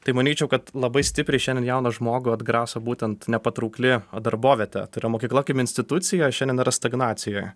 tai manyčiau kad labai stipriai šiandien jauną žmogų atgraso būtent nepatraukli darbovietė yra mokykla kaip institucija šiandien ar stagnacijoje